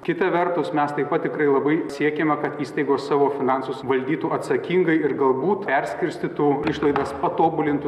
kita vertus mes taip pat tikrai labai siekiame kad įstaigos savo finansus valdytų atsakingai ir galbūt perskirstytų išlaidas patobulintų